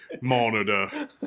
monitor